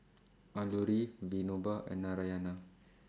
Alluri Vinoba and Narayana